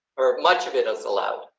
or much of it us allowed,